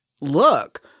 look